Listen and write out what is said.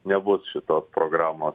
nebus šitos programos